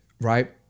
right